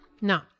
No